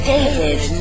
David